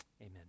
amen